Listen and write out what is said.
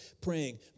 praying